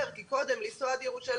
כי קודם הייתי צריכה לנסוע עד ירושלים,